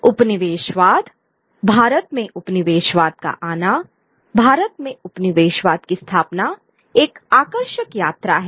उपनिवेशवाद भारत में उपनिवेशवाद का आना भारत में उपनिवेशवाद की स्थापना एक आकर्षक यात्रा है